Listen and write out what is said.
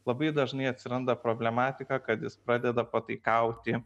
labai dažnai atsiranda problematika kad jis pradeda pataikauti